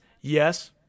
Yes